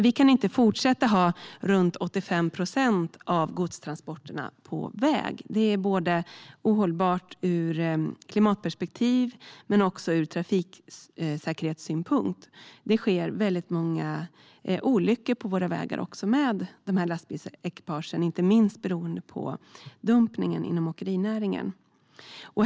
Vi kan inte fortsätta att ha runt 85 procent av godstransporterna på väg. Det är ohållbart ur klimatperspektiv, men också ur trafiksäkerhetssynpunkt. Det sker väldigt många olyckor på våra vägar med de här lastbilsekipagen, inte minst beroende på dumpningen inom åkerinäringen.